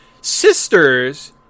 Sisters